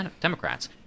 Democrats